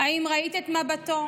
/ האם ראית את מבטו?